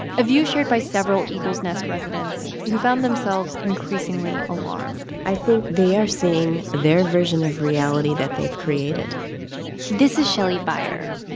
a view shared by several eagle's nest residents who found themselves increasingly alarmed i think they are seeing their version of reality that they've created this is shelley beyer,